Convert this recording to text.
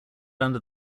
under